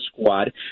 squad